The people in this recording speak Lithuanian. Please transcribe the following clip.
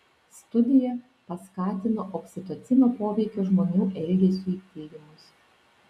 studija paskatino oksitocino poveikio žmonių elgesiui tyrimus